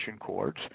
cords